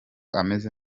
ameze